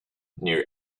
near